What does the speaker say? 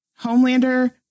Homelander